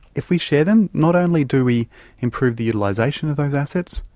if we share them not only do we improve the utilisation of those assets,